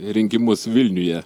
rinkimus vilniuje